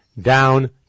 down